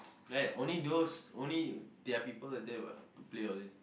like only those there are people there what to play these